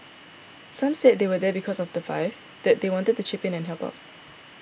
some said they were there because of the five that they wanted to chip in and help out